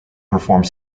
performed